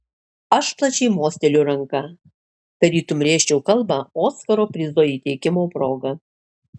aš plačiai mosteliu ranka tarytum rėžčiau kalbą oskaro prizo įteikimo proga